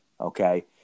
Okay